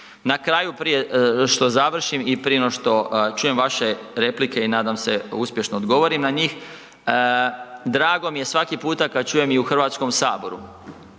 Na kraju, prije što završim i prije no što čujem vaše replike i nadam se uspješno odgovorim a njih, drago mi je svaki puta kada čujem i u Hrvatskom saboru